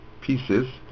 pieces